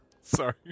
Sorry